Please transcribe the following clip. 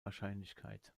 wahrscheinlichkeit